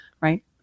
Right